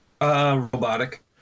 Robotic